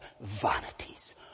vanities